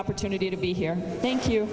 opportunity to be here thank you